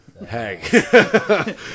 Hey